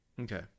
okay